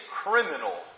criminal